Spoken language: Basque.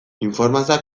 informazioa